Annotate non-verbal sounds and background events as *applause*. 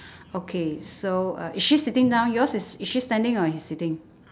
*breath* okay so uh is she sitting down yours is is she standing or she's sitting